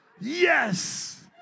Yes